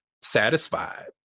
satisfied